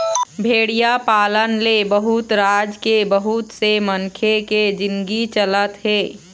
भेड़िया पालन ले बहुत राज के बहुत से मनखे के जिनगी चलत हे